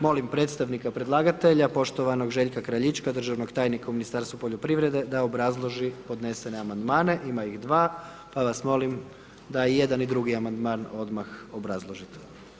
Molim predstavnika predlagatelja, poštovanog Željka Kraljička, državnog tajnika u Ministarstvu poljoprivrede da obrazloži podnesene amandmane, ima ih 2, pa vas molim da i jedan i drugi amandman odmah obrazložite.